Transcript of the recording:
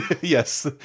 Yes